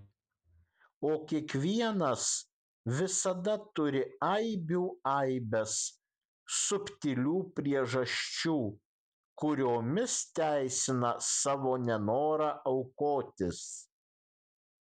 o kiekvienas visada turi aibių aibes subtilių priežasčių kuriomis teisina savo nenorą aukotis